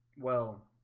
well